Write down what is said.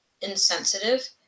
insensitive